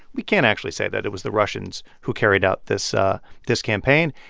we can't actually say that it was the russians who carried out this ah this campaign.